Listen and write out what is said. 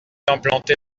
implanté